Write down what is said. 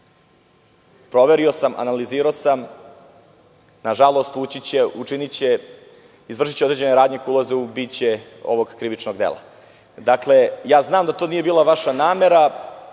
Proverio sam, analizirao sam. Nažalost, izvršiće određene radnje koje ulaze u biće ovog krivičnog dela. Znam da to nije bila vaša namera.